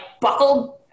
buckled